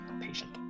patient